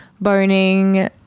boning